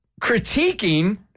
critiquing